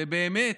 ובאמת,